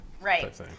Right